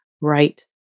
right